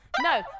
No